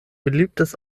beliebtes